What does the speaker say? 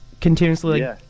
continuously